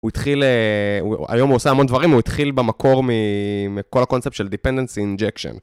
הוא התחיל, היום הוא עושה המון דברים, הוא התחיל במקור מכל הקונספט של Dependency Injection.